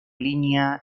línea